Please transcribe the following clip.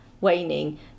waning